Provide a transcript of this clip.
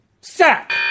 Sack